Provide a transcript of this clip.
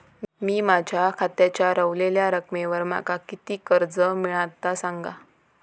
मी माझ्या खात्याच्या ऱ्हवलेल्या रकमेवर माका किती कर्ज मिळात ता सांगा?